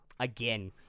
Again